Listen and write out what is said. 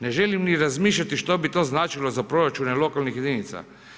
Ne želim ni razmišljati što bi to značilo za proračune lokalnih jedinica.